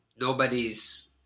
nobody's